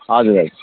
हजुर हजुर